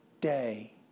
day